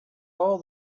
all